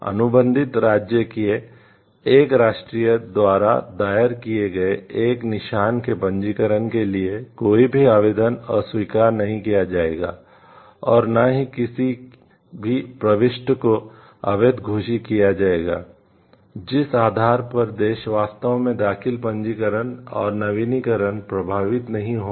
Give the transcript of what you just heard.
अनुबंधित राज्य के एक राष्ट्रीय द्वारा दायर किए गए एक निशान के पंजीकरण के लिए कोई भी आवेदन अस्वीकार नहीं किया जाएगा और न ही किसी भी प्रविष्टि को अवैध घोषित किया जाएगा जिस आधार पर देश वास्तव में दाखिल पंजीकरण और नवीनीकरण प्रभावित नहीं होगा